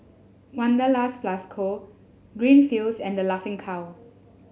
Wanderlust Plus Co Greenfields and The Laughing Cow